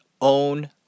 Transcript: own